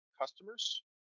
customers